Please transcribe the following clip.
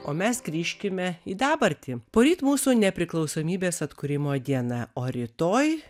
o mes grįžkime į dabartį poryt mūsų nepriklausomybės atkūrimo diena o rytoj